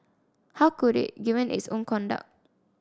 how could it given its own conduct